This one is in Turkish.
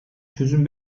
çözüm